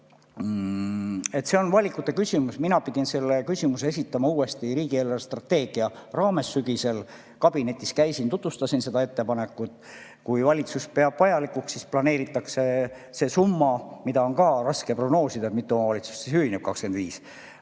See on valikute küsimus. Mina pidin selle küsimuse esitama uuesti riigi eelarvestrateegia raames, sügisel. Kabinetis käisin ja tutvustasin seda ettepanekut. Kui valitsus peab vajalikuks, siis planeeritakse see summa, mida on ka raske prognoosida, mitu omavalitsust ühineb